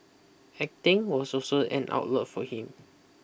acting was also an outlet for him